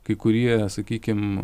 kai kurie sakykim